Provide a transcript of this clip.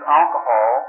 alcohol